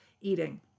eating